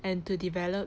and to develop